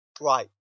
Right